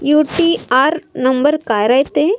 UTR number काय रायते?